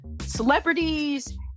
celebrities